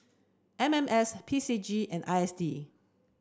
M M S P C G and I S D